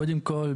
קודם כל,